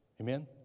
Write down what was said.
Amen